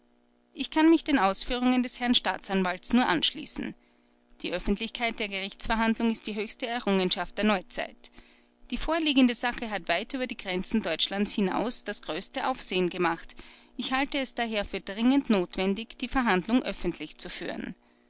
ich kann mich den ausführungen des herrn staatsanwalts nur anschließen die öffentlichkeit der gerichtsverhandlung ist die höchste errungenschaft der neuzeit die vorliegende sache hat weit über die grenzen deutschlands das größte aufsehen gemacht ich halte es daher für dringend notwendig die verhandlung öffentlich zu führen